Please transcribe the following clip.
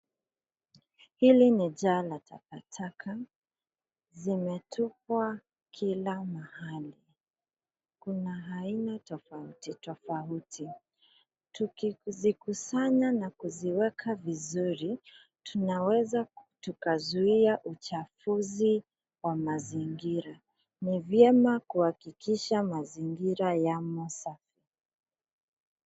Hili ni jaa la takataka ,zimetupwa kila mahali. Kuna aina tofauti tofauti. tukizikusanya na kuziweka vizuri , tunaweza tukazuia uchafuzi wa mazingira. Ni vyema kuhakikisha mazingira yamo safi.